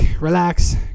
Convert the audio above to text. relax